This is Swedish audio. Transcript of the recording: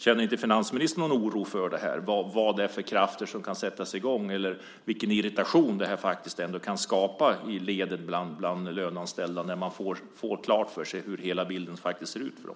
Känner inte finansministern någon oro för vad det är för krafter som kan sättas i gång eller vilken irritation det ändå kan skapa i leden bland löneanställda när de får klart för sig hur hela bilden ser ut för dem?